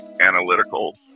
analytical